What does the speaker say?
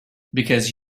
because